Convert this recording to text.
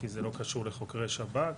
כי זה לא קשור לחוקרי שב"כ.